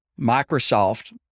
Microsoft